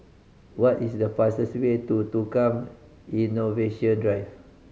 what is the fastest way to Tukang Innovation Drive